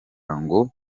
ngo